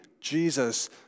Jesus